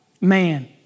man